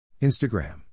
Instagram